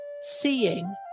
seeing